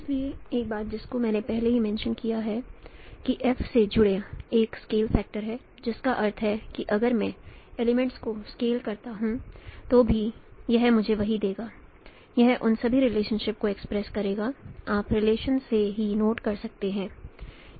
इसलिए एक बात जिसको मैंने पहले ही मेंशं किया है कि F से जुड़ा एक स्केल फैक्टर है जिसका अर्थ है कि अगर मैं एलीमेंट्स को स्केल करता हूं तो भी यह मुझे वही देगा यह उन सभी रिलेशनशिप को एक्सप्रेस करेगा आप रिलेशन से ही नोट कर सकते हैं